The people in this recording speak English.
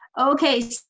Okay